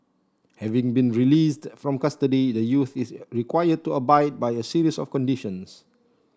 having been released from custody the youth is required to abide by a series of conditions